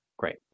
Great